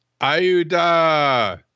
Ayuda